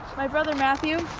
my brother matthew.